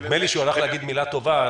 נדמה לי שהוא הלך להגיד מילה טובה.